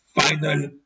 final